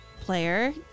player